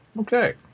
Okay